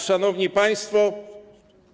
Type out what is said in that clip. Szanowni Państwo!